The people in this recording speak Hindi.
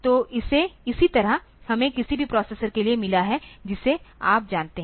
तो इसी तरह हमें किसी भी प्रोसेसर के लिए मिला है जिसे आप जानते हैं